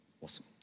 Awesome